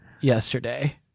yesterday